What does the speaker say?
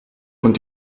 und